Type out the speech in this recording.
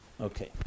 Okay